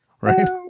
Right